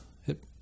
hit